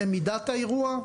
למידת האירוע.